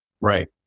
Right